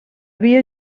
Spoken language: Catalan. via